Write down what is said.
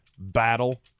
battle